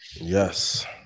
Yes